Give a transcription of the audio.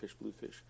Bluefish